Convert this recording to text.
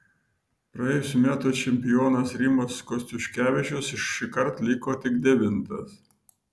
praėjusių metų čempionas rimas kostiuškevičius šįkart liko tik devintas